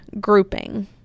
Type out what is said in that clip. grouping